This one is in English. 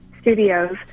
Studios